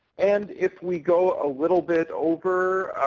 and if we go a little bit over,